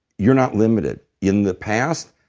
you're not limited. in the past,